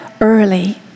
early